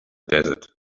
desert